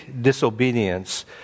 disobedience